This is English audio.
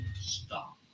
Stop